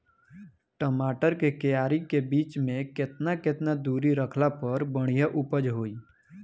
टमाटर के क्यारी के बीच मे केतना केतना दूरी रखला पर बढ़िया उपज होई?